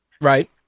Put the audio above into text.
Right